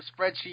spreadsheet